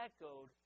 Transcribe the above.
echoed